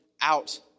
out